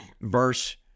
Verse